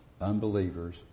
unbelievers